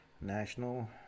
National